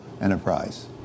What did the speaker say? Enterprise